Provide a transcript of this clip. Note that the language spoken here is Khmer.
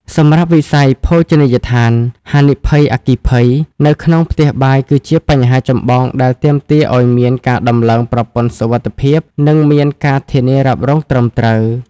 សម្រាប់វិស័យភោជនីយដ្ឋាន ហានិភ័យអគ្គិភ័យ នៅក្នុងផ្ទះបាយគឺជាបញ្ហាចម្បងដែលទាមទារឱ្យមានការដំឡើងប្រព័ន្ធសុវត្ថិភាព និងមាន ការធានារ៉ាប់រង ត្រឹមត្រូវ។